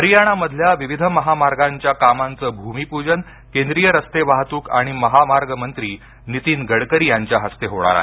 हरियाणा मधल्या विविध महामार्गांच्या कामांचं भूमिपूजन केंद्रीय रस्ते वाहतूक आणि महामार्ह मंत्री नीतीन गडकरी यांच्या हस्ते होणार आहे